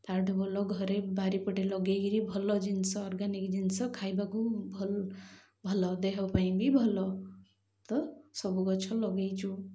ତା'ଠୁ ଭଲ ଘରେ ବାରି ପଟେ ଲଗାଇକରି ଭଲ ଜିନିଷ ଅର୍ଗାନିକ ଜିନିଷ ଖାଇବାକୁ ଭଲ ଭଲ ଦେହ ପାଇଁ ବି ଭଲ ତ ସବୁ ଗଛ ଲଗାଇଛୁ